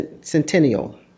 centennial